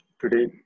today